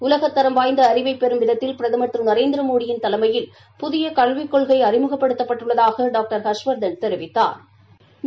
உலக தரம் வாய்ந்த அறிவை பெரும் விதத்தில் பிரதம் திரு நரேந்திரமோடியின் தலைமையில் புதிய கல்விக் கொள்கை அறிமுகப்படுத்தப் பட்டுள்ளதாக டாக்டர் ஹர்ஷவா்தன் தெரிவித்தாா்